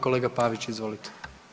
Kolega Pavić izvolite.